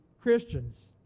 Christians